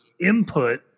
input